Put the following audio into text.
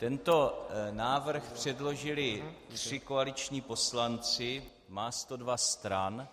Tento návrh předložili tři koaliční poslanci, má 102 stran.